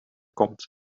komt